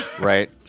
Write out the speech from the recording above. right